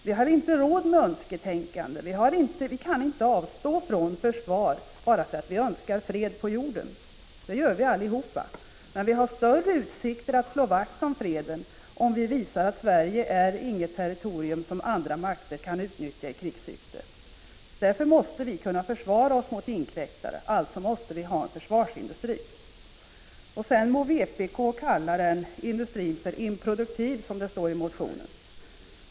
Vi har inte råd med önsketänkande, vi kan inte avstå från försvar bara för att vi önskar fred på jorden — det önskar vi alla. Men vi har större utsikter att slå vakt om freden om vi visar att Sverige inte är ett territorium som andra makter kan utnyttja i krigssyfte. Därför måste vi kunna försvara oss mot inkräktare. Alltså måste vi ha en försvarsindustri. Sedan må vpk kalla den industrin för improduktiv, som det står i motionen.